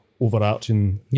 overarching